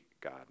God